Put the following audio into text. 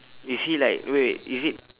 is he like wait is it